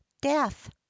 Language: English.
Death